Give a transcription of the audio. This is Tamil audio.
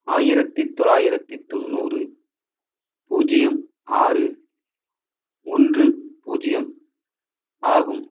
ஆயிரத்தி தொள்ளாயிரத்தி தொண்ணூறு பூஜ்ஜியம் ஆறு ஒன்று பூஜ்ஜியம் ஆகும்